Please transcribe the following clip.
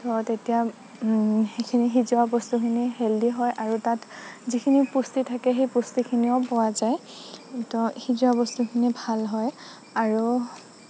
ঘৰত এতিয়া সেইখিনি সিজোৱা বস্তুখিনি হেল্ডি হয় আৰু তাত যিখিনি পুষ্টি থাকে সেই পুষ্টিখিনিও পোৱা যায় তো সিজোৱা বস্তুখিনি ভাল হয় আৰু